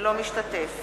אינו משתתף